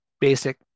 basic